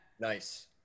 nice